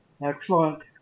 excellent